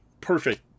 Perfect